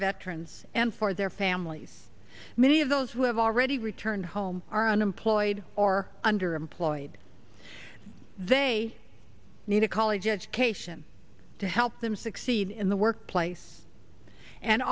veterans and for their families many of those who have already returned home are unemployed or underemployed they need a college education to help them succeed in the workplace and